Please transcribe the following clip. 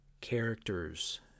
characters